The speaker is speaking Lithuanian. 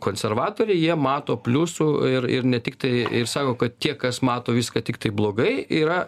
konservatoriai jie mato pliusų ir ir ne tiktai ir sako kad tie kas mato viską tiktai blogai yra